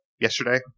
yesterday